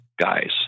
guys